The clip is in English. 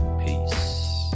Peace